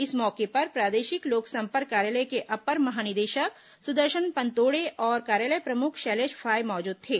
इस मौके पर प्रादेशिक लोकसंपर्क कार्यालय के अपर महानिदेशक सुदर्शन पनतोड़े और कार्यालय प्रमुख शैलेष फाये मौजूद थे